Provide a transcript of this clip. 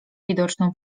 widoczną